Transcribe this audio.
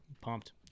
pumped